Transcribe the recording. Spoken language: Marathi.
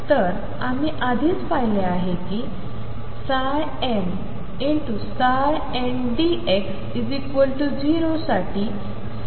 तर आम्ही आधीच पाहिले आहे की mndx0साठीEmEn